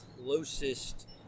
closest